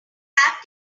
have